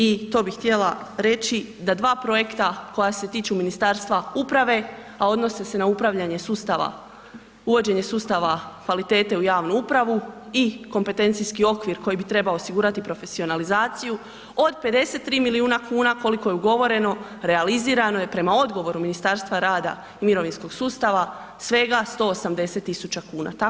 I to bih htjela reći da dva projekta koja se tiču Ministarstva uprave a odnose se na upravljanje sustava, uvođenje sustava kvalitete u javnu upravu i kompetencijski okvir koji bi trebao osigurati profesionalizaciju od 53 milijuna kuna koliko je ugovoreno realizirano je prema odgovoru Ministarstva rada i mirovinskog sustava svega 180 tisuća kuna.